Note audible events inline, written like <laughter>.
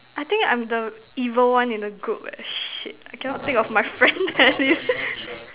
I think I'm the evil one in the group eh shit I cannot think of my friend at least <laughs>